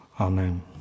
Amen